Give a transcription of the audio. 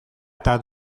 eta